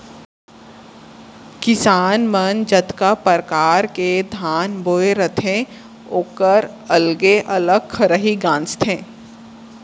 किसान मन जतका परकार के धान बोए रथें ओकर अलगे अलग खरही गॉंजथें